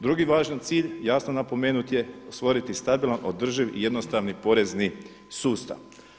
Drugi važan cilj jasno napomenuti, stvoriti stabilan, održiv i jednostavni porezni sustav.